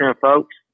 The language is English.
folks